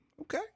Okay